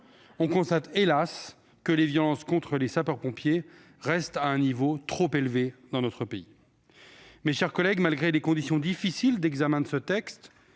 on constate hélas que les violences contre les sapeurs-pompiers restent à un niveau élevé dans notre pays. Mes chers collègues, malgré les conditions difficiles d'examen de ce texte